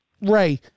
Ray